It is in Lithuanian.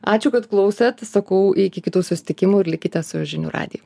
ačiū kad klausėt sakau iki kitų susitikimų ir likite su žinių radiju